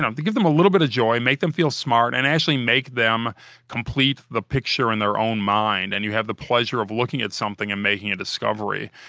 know, they give them a little bit of joy, make them feel smart and actually make them complete the picture in their own mind. and you have the pleasure of looking at something and making a discovery.